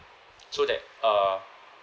so that uh